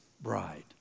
Bride